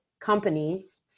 companies